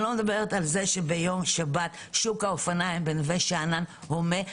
לא מדברת על זה שבשבת שוק האופניים בנווה שאנן הומה.